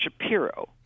Shapiro